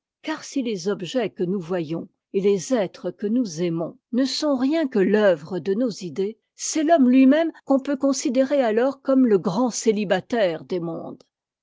car si les objets que nous voyons et les êtres que nous aimons ne sont rien que l'œuvre de nos idées c'est l'homme luimême qu'on peut considérer alors comme le grand célibataire m mondes